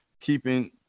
keeping